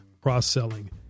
cross-selling